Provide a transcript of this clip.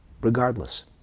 regardless